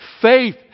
faith